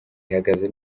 ihagaze